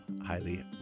highly